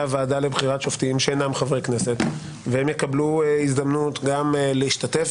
הוועדה לבחירת שופטים שאינם חברי כנסת והם יקבלו הזדמנות גם להשתתף,